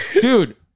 dude